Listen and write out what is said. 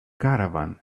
caravan